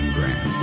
Grand